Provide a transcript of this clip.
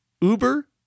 Uber